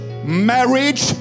Marriage